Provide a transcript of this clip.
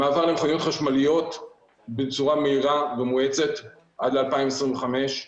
מעבר למכוניות חשמליות בצורה מהירה ומואצת עד ל-2025,